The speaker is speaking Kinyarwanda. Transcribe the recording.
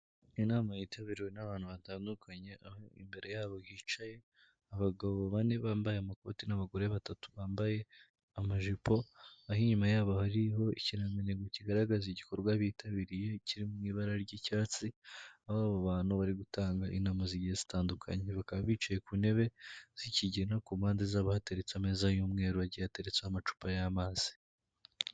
Inama yitabiriwe n'abantu batandukanye, aho imbere yabo hicaye abagabo bane bambaye amakoti n'abagore batatu bambaye amajipo. Aho inyuma yabo hariho ikirangantego kigaragaza igikorwa bitabiriye kiri mu ibara ry'icyatsi. Aho bantu barigutanga inama zigiye zitandukanye. Bakaba bicaye ku ntebe z'ikigina. Ku mpande zabo hateretse ameza y'umweru agiye ateretseho amacupa y'amazi.